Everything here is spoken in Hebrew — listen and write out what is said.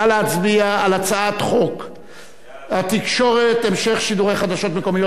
נא להצביע על הצעת חוק התקשורת (המשך שידורי חדשות מקומיות